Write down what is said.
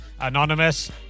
Anonymous